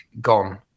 gone